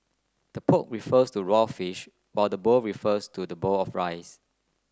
the poke refers to raw fish while the bowl refers to the bowl of rice